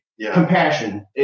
compassion